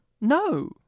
no